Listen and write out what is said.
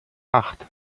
acht